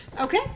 okay